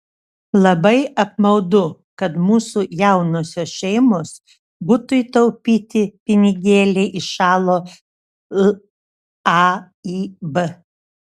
labai apmaudu kad mūsų jaunosios šeimos butui taupyti pinigėliai įšalo laib